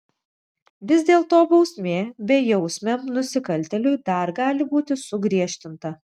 vis dėlto bausmė bejausmiam nusikaltėliui dar gali būti sugriežtinta